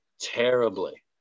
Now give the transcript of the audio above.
terribly